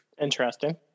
Interesting